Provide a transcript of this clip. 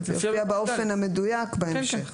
אבל זה יופיע באופן המדויק בהמשך.